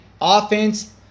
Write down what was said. offense